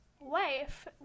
wife